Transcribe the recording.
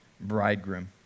bridegroom